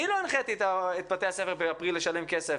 אני לא הנחיתי את בתי הספר באפריל לשלם כסף,